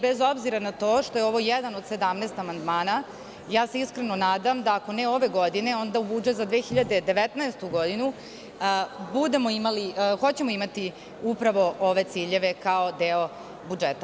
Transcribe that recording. Bez obzira na to što je ovo jedan od 17 amandmana, iskreno se nadam da ako ne ove godine onda u budžet za 2019. godinu hoćemo imati upravo ove ciljeve kao deo budžeta.